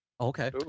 Okay